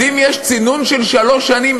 אז אם יש צינון של שלוש שנים,